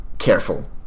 careful